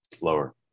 lower